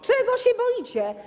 Czego się boicie?